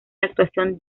actuación